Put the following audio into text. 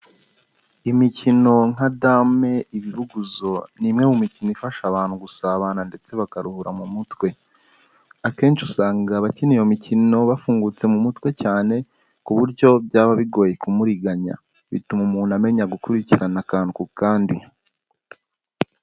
Imikino nka dame, ibibuguzo ni imwe mu mikino ifasha abantu gusabana ndetse bakaruhura mu mutwe, akenshi usanga abakina iyo mikino bafungutse mu mutwe cyane ku buryo byaba bigoye kumuriganya, bituma umuntu amenya gukurikirana akantu ku kandi.